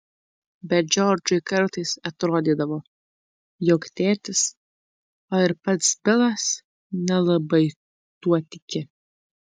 bet džordžui kartais atrodydavo jog tėtis o ir pats bilas nelabai tuo tiki